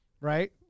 right